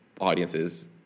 audiences